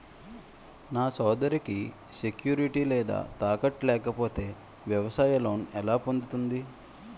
నా సోదరికి సెక్యూరిటీ లేదా తాకట్టు లేకపోతే వ్యవసాయ లోన్ ఎలా పొందుతుంది?